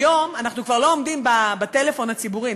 היום אנחנו כבר לא עומדים בתור לטלפון הציבורי,